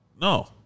No